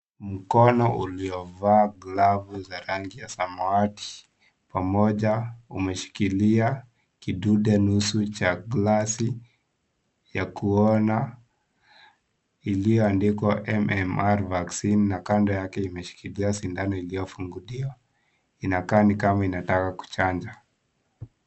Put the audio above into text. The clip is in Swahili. Mkono uliovaa glavu za rangi ya samawati pamoja umeshikilia kidude nusu cha glasi ya kuona iliyoandikwa MMRvaccine na kando yake imeshikilia sindano iliyofunguliwa. Inakaa ni kama inataka kuchanja.